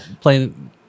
playing